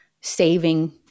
saving